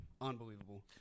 Unbelievable